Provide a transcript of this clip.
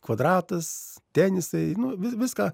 kvadratas tenisai nu vi viską